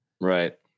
Right